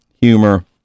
humor